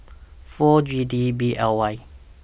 four G D B L Y